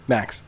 Max